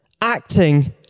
Acting